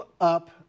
up